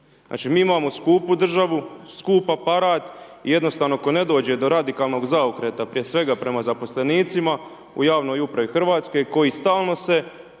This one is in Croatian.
mi imamo skupu državu, skup aparat i jednostavno ako ne dođe do radikalnog zaokreta, prije svega, prema zaposlenicima, u javnoj upravi Hrvatske, koji stalno se